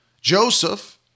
Joseph